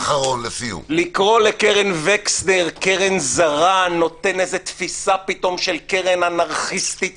לקרוא לקרן וקסנר קרן זרה עם תפיסה של קרן אנרכיסטית